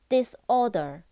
Disorder